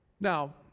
Now